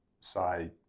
say